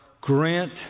grant